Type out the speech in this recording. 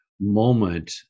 moment